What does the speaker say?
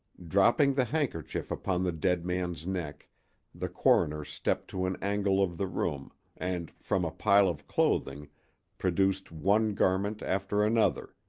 dropping the handkerchief upon the dead man's neck the coroner stepped to an angle of the room and from a pile of clothing produced one garment after another,